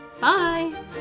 Bye